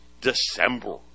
December